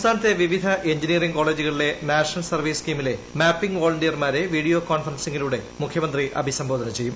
സംസ്ഥാനത്തെ വിവിധ എൻജിനീയറിംഗ് കോളേജുകളിലെ നാഷണൽ സർവ്വീസ് സ്കീമിലെ മാപ്പിംഗ് വോളന്റിയർമാരെ വീഡിയോ കോൺഫറൻസിങ്ങിലൂടെ മുഖ്യമന്ത്രി അഭിസംബോധന ചെയ്യും